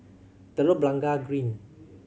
Telok Blangah Green